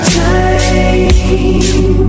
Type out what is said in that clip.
time